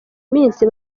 minsi